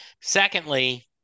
Secondly